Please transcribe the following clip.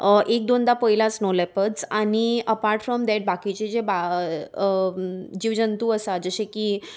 एक दोनदां पयला स्नो लेपड्स आनी अपार्ट फ्रोम देट बाकीचे जे जिव जंतू आसा जशे की